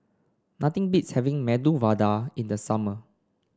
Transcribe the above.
nothing beats having Medu Vada in the summer